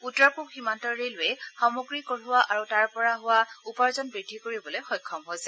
উত্তৰ পূব সীমান্ত ৰেলৰেও সামগ্ৰী কঢ়িওৱা আৰু তাৰ পৰা হোৱা উপাৰ্জন বুদ্ধি কৰিবলৈ সক্ষম হৈছে